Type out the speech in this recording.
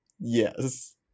Yes